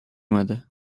اومد